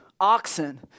oxen